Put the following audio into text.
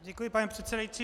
Děkuji, pane předsedající.